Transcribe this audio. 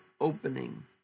opening